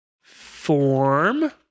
form